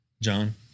John